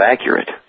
accurate